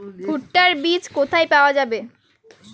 ভুট্টার বিজ কোথায় পাওয়া যাবে?